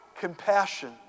compassion